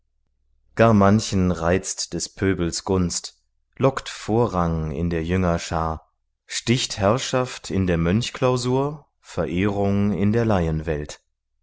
gar manchen reizt des pöbels gunst lockt vorrang in der jüngerschar sticht herrschaft in der mönchklausur verehrung in der laienwelt